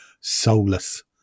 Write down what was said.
soulless